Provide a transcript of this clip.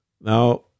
Now